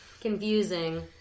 confusing